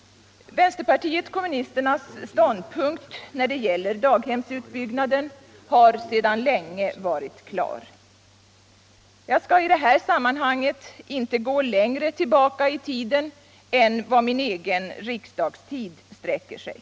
Vänsterpartiet kommunisternas ståndpunkt när det gäller daghemsutbyggnaden har sedan länge varit klar. Jag skall i det här sammanhanget inte gå längre tillbaka i tiden än vad min egen riksdagstid sträcker sig.